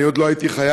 אני עוד לא הייתי חייל,